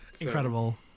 incredible